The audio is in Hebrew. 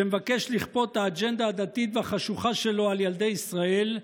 שמבקש לכפות את האג'נדה הדתית והחשוכה שלו על ילדי ישראל,